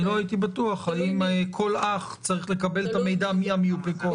אני לא הייתי בטוח האם כל אח צריך לקבל את המידע מי המיופה כוח.